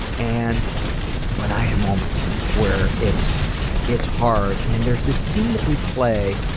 and but i have moments where it's it's hard and there's this team that we play.